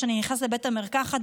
אני נכנס לבית המרקחת,